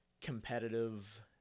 competitive